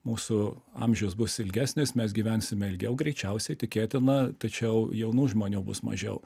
mūsų amžius bus ilgesnis mes gyvensime ilgiau greičiausiai tikėtina tačiau jaunų žmonių bus mažiau